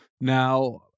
Now